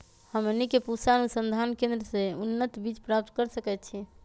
हमनी के पूसा अनुसंधान केंद्र से उन्नत बीज प्राप्त कर सकैछे?